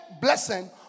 blessing